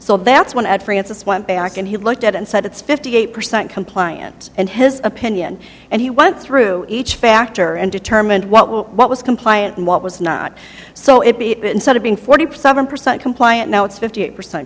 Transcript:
so that's one at francis went back and he looked at and said it's fifty eight percent compliance and his opinion and he went through each factor and determined what was compliant and what was not so it be instead of being forty seven percent compliant now it's fifty eight percent